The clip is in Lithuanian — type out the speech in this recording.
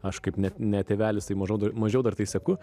aš kaip net ne tėvelis tai mažau mažiau dar tai seku